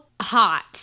Hot